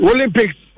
Olympics